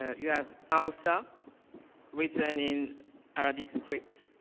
ah you have ousa written in arabic script.